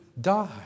die